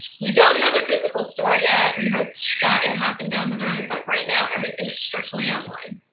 we don't have a physical store yet, we hope that will happen down the road, but right now, everything's strictly online.